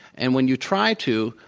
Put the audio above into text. and when you try to,